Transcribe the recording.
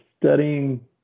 studying